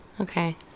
Okay